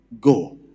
go